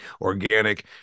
organic